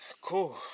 Cool